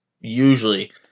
usually